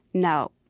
now,